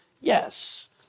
yes